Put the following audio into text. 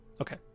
Okay